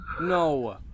No